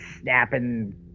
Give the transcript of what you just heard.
snapping